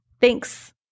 thanks